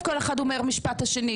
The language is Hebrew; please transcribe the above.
אומר משפט.